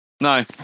No